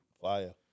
Fire